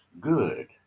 good